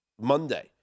Monday